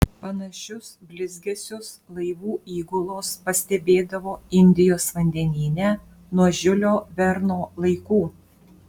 panašius blizgesius laivų įgulos pastebėdavo indijos vandenyne nuo žiulio verno laikų